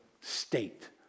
state